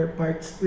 parts